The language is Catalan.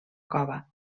cova